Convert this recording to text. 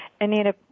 Anita